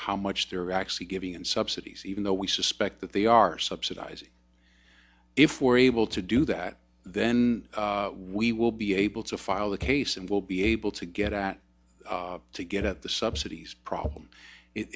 how much they're actually giving and subsidies even though we suspect that they are subsidizing if we're able to do that then we will be able to file the case and we'll be able to get out to get at the subsidies problem